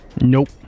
nope